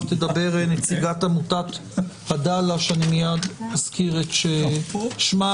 תדבר נציגת עמותת עדאלה שאני מייד אזכיר את שמה,